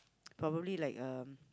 probably like uh